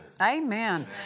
Amen